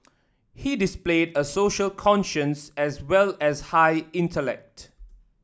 he displayed a social conscience as well as high intellect